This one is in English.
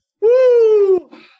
Woo